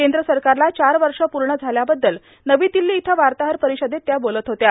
केंद्र सरकारला चार वर्ष पूर्ण झाल्याबद्दल नवी दिल्ली इथं वार्ताहर परिषदेत त्या बोलत होत्या